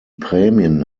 prämien